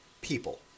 people